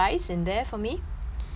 and then